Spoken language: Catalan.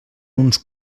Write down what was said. uns